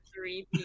Three